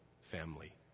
family